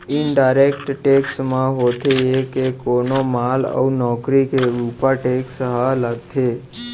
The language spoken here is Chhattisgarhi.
इनडायरेक्ट टेक्स म होथे ये के कोनो माल अउ नउकरी के ऊपर टेक्स ह लगथे